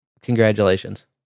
congratulations